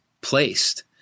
placed